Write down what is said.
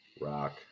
rock